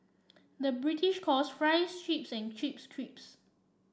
the British calls fries chips and chips crisps